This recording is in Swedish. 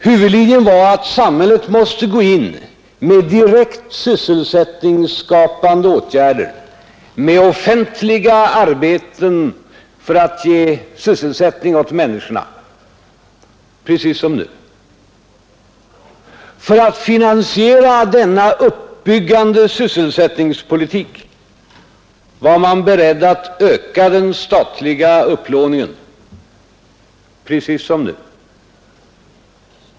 Huvudlinjen var att samhället måste gå in med direkt sysselsättningsskapande åtgärder, med offentliga arbeten, för att ge sysselsättning åt människorna — precis som nu. För att finansiera denna uppbyggande sysselsättningspolitik var man beredd att öka den statliga upplåningen — precis som nu.